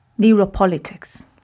neuropolitics